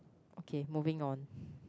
okay moving on